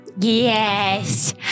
yes